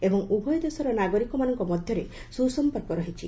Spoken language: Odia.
ଏବଂ ଉଭୟ ଦେଶର ନାଗରିକମାନଙ୍କ ମଧ୍ୟରେ ସୁସଂପର୍କ ରହିଛି